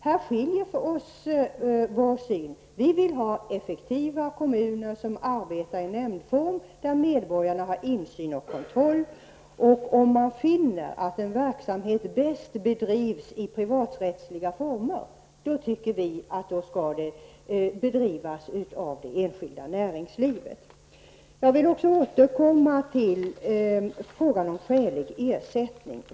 Här skiljer sig vår syn på frågan. Vi vill ha effektiva kommuner som arbetar i nämndform där medborgarna har insyn och kontroll. Om man finner att en verksamhet bäst bedrivs i privaträttsliga former, anser vi att den skall bedrivas av det enskilda näringslivet. Jag vill återkomma till frågan om skälig ersättning.